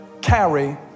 carry